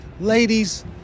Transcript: Ladies